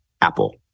Apple